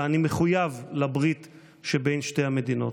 ואני מחויב לברית שבין שתי המדינות.